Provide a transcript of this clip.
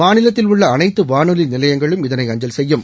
மாநிலத்தில் உள்ள அனைத்து வானொலி நிலையங்களும் இதனை அஞ்சல் செய்யும்